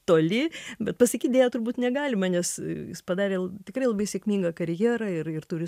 toli bet pasakyt deja turbūt negalima nes jis padarė tikrai labai sėkmingą karjerą ir ir turi